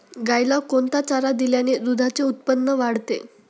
गाईला कोणता चारा दिल्याने दुधाचे उत्पन्न वाढते?